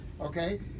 Okay